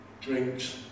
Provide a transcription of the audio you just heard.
drinks